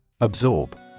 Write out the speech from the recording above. Absorb